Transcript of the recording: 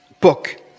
book